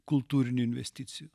kultūrinių investicijų